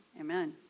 amen